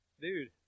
Dude